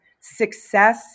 success